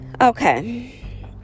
okay